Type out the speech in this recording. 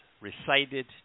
recited